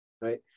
right